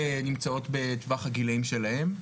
שנמצאות יותר בטווח הגילים שלהם.